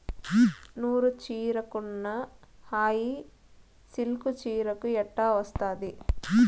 నూరు చీరకున్న హాయి సిల్కు చీరకు ఎట్టా వస్తాది